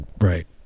Right